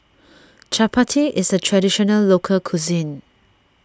Chapati is a Traditional Local Cuisine